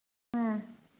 ꯎꯝ